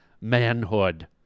manhood